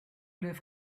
liv